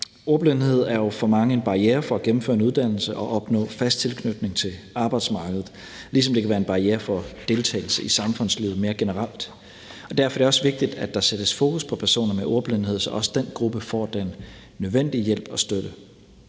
Ordblindhed er for mange en barriere for at gennemføre en uddannelse og opnå fast tilknytning til arbejdsmarkedet, ligesom det kan være en barriere for deltagelse i samfundslivet mere generelt, og derfor er det også vigtigt, at der sættes fokus på personer med ordblindhed, så også den gruppe får den nødvendige hjælp og støtte.